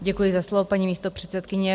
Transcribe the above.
Děkuji za slovo, paní místopředsedkyně.